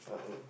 I